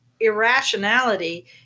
irrationality